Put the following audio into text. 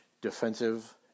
defensive